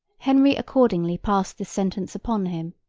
henry accordingly passed this sentence upon him,